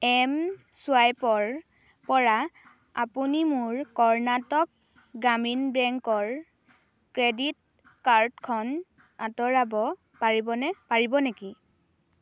M ছুৱাইপৰ পৰা আপুনি মোৰ কৰ্ণাটক গ্ৰামীণ বেংকৰ ক্ৰেডিট কাৰ্ডখন আঁতৰাব পাৰিব নে পাৰিব নেকি